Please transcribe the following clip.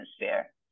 atmosphere